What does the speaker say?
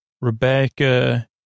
Rebecca